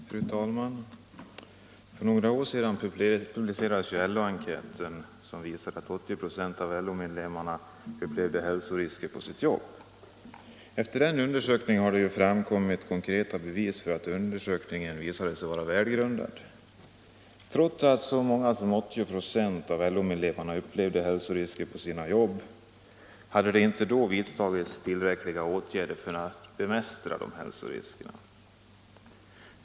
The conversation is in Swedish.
Fru talman! För några år sedan publicerades en LO-enkät, som visade att 80 8 av LO-medlemmarna upplevde hälsorisker på sitt jobb. Efter denna undersökning har det framkommit konkreta bevis för att undersökningen var välgrundad. Trots att så många som 80 4 av LO-medlemmarna upplevde hälsorisker på sitt jobb, har inte tillräckliga åtgärder vidtagits för att bemästra dessa hälsorisker.